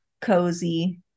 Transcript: cozy